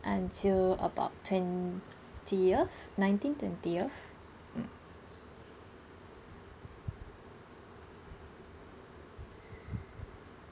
until about twentieth nineteen twentieth mm